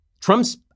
Trump's